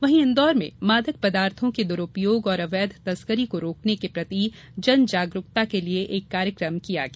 वहीं इंदौर में मादक पदार्थों के दुरूपोग और अवैध तस्करी को रोकने के प्रति जन जागरूकता के लिये एक कार्यक्रम किया गया